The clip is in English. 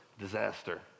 Disaster